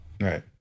right